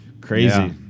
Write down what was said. Crazy